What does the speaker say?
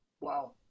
Wow